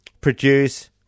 produce